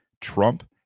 Trump